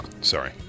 Sorry